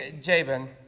Jabin